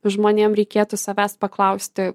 žmonėm reikėtų savęs paklausti